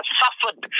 suffered